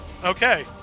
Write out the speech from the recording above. okay